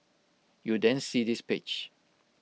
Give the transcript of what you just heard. you then see this page